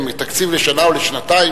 אם התקציב הוא לשנה או לשנתיים,